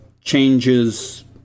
changes